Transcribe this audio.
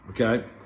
Okay